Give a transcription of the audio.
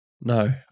no